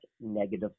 negative